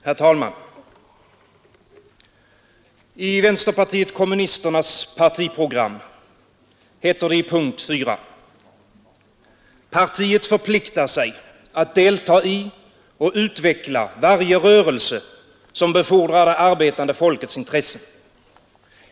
Herr talman! I vänsterpartiet kommunisternas partiprogram heter det i punkt 4: ”Partiet förpliktar sig att delta i och utveckla varje rörelse, som befordrar det arbetande folkets intressen.